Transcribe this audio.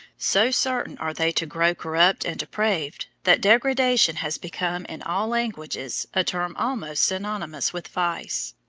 so certain are they to grow corrupt and depraved, that degradation has become in all languages a term almost synonymous with vice.